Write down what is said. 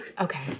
Okay